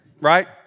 right